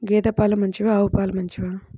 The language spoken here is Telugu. గేద పాలు మంచివా ఆవు పాలు మంచివా?